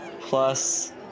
plus